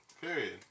Period